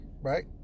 right